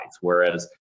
whereas